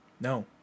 No